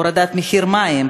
הורדת מחיר המים,